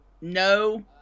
no